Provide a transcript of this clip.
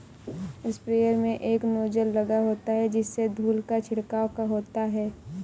sprayer में एक nozzle लगा होता है जिससे धूल का छिड़काव होता है